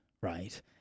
right